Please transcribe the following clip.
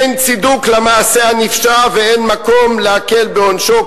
אין צידוק למעשה הנפשע ואין מקום להקל בעונשו,